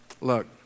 Look